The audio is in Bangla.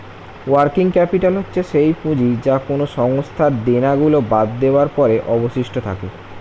ওয়ার্কিং ক্যাপিটাল হচ্ছে সেই পুঁজি যা কোনো সংস্থার দেনা গুলো বাদ দেওয়ার পরে অবশিষ্ট থাকে